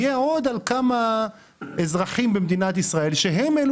יושת על עוד כמה אזרחים במדינה והם אלה